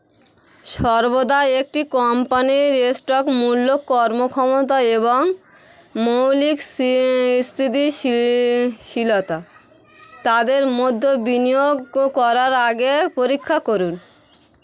সর্বদা একটি কোম্পানির স্টক মূল্য কর্মক্ষমতা এবং মৌলিক সি স্থিতিশীল শীলতা তাদের মধ্যে বিনিয়োগ করার আগে পরীক্ষা করুন